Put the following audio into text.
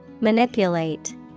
Manipulate